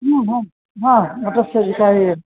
हा हा मठस्य विकाय